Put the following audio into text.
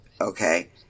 Okay